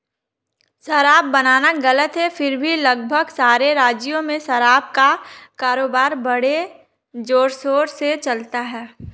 शराब बनाना गलत है फिर भी लगभग सारे राज्यों में शराब का कारोबार बड़े जोरशोर से चलता है